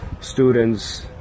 students